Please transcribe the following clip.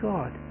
God